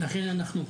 לכן אנחנו פה.